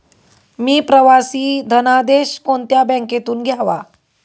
मी प्रवासी धनादेश कोणत्या बँकेतून घ्यावा?